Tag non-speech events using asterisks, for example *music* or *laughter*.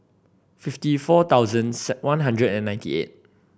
fifty four thousand *hesitation* one hundred and ninety eight